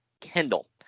Kendall